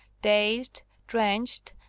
dazed, drenched,